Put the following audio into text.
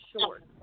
short